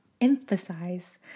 emphasize